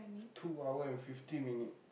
two hour and fifty minute